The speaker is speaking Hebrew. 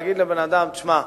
להגיד לבן-אדם: תשמע,